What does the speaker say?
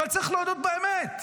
אבל צריך להודות באמת,